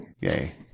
Yay